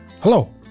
Hello